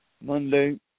Monday